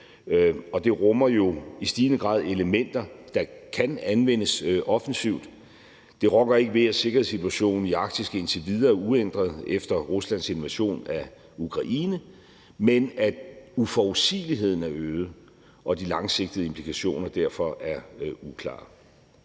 og det rummer jo i stigende grad elementer, der kan anvendes offensivt. Det rokker ikke ved, at sikkerhedssituationen i Arktis indtil videre er uændret efter Ruslands invasion af Ukraine, men uforudsigeligheden er øget, og at de langsigtede implikationer derfor er uklare.